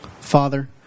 Father